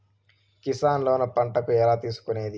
Kisan loan పంటలకు ఎలా తీసుకొనేది?